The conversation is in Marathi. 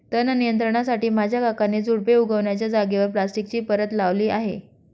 तण नियंत्रणासाठी माझ्या काकांनी झुडुपे उगण्याच्या जागेवर प्लास्टिकची परत लावली आहे